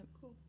Cool